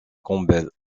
campbell